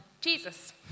Jesus